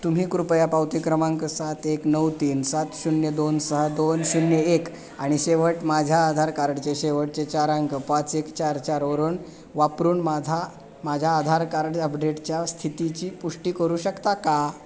तुम्ही कृपया पावती क्रमांक सात एक नऊ तीन सात शून्य दोन सहा दोन शून्य एक आणि शेवट माझ्या आधार कार्डचे शेवटचे चार अंक पाच एक चार चार वरून वापरून माझा माझ्या आधार कार्ड अपडेटच्या स्थितीची पुष्टी करू शकता का